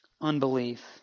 unbelief